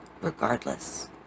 regardless